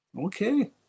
Okay